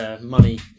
money